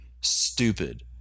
stupid